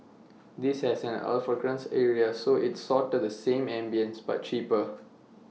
IT has an alfresco area so it's sorta the same ambience but cheaper